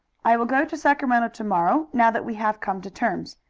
i will go to sacramento to-morrow, now that we have come to terms.